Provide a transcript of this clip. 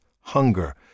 hunger